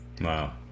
Wow